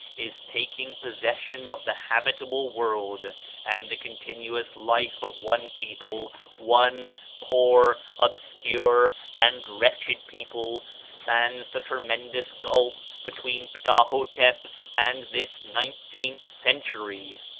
is taking possession of the habitable world and the continuous life of one people one poor, obscure, and wretched people spans the tremendous gulf between ptah-hotep and this nineteenth century.